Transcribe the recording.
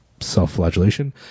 self-flagellation